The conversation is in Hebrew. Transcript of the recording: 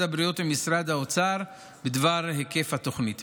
הבריאות ומשרד האוצר בדבר היקף התוכנית.